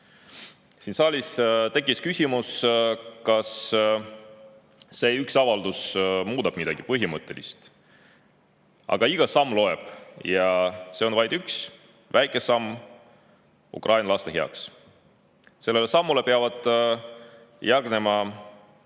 Siin saalis tekkis küsimus, kas see üks avaldus muudab midagi põhimõttelist. Aga iga samm loeb ja see on vaid üks väike samm Ukraina laste heaks. Sellele sammule peavad järgnema